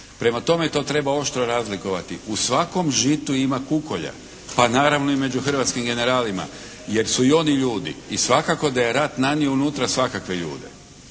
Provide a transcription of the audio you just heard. Prema tome to treba oštro razlikovati. U svakom žitu ima kukolja, pa naravno i među hrvatskim generalima, jer su i oni ljudi i svakako da je rat nanio unutra svakakve ljude,